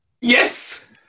Yes